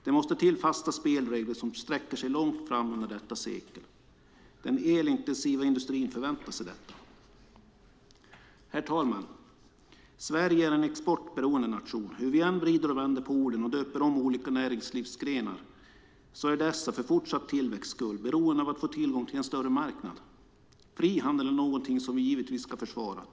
Det måste till fasta spelregler som sträcker sig långt fram i detta sekel. Den elintensiva industrin förväntar sig detta. Herr talman! Sverige är en exportberoende nation. Hur vi än vrider och vänder på orden och döper om olika näringslivsgrenar så är dessa för fortsatt tillväxts skull beroende av att få tillgång till en större marknad. Frihandel är något som vi givetvis ska försvara.